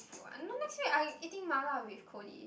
if you want no next week I eating Mala with Cody